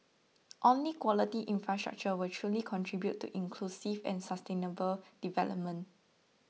only quality infrastructure will truly contribute to inclusive and sustainable development